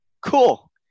cool